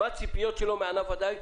מה הציפיות שלו מענף הדייג?